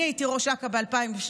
אני הייתי ראש אכ"א ב-2012,